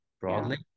broadly